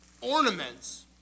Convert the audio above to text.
ornaments